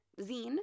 zine